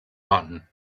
rotten